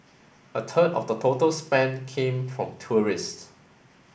a third of the total spend came from tourists